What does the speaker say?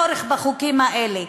ויבוא יום ויסתיים הצורך בחוקים האלה,